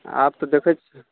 आब तऽ देखैत छियै